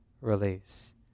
Release